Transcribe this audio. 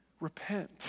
Repent